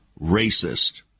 racist